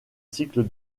cycle